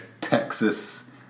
Texas